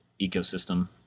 ecosystem